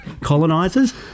colonizers